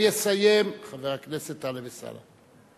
ויסיים, חבר הכנסת טלב אלסאנע.